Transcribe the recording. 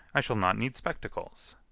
i shall not need spectacles.